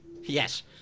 Yes